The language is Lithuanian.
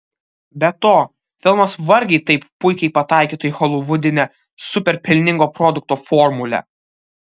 be to filmas vargiai taip puikiai pataikytų į holivudinę super pelningo produkto formulę